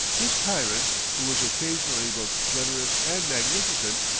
this tyrant, who was occasionally both generous and magnificent,